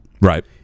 Right